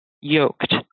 yoked